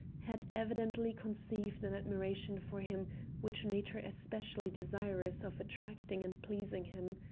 had evidently conceived an admiration for him which made her especially desirous of attracting and pleasing him.